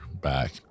back